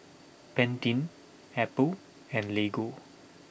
Pantene Apple and Lego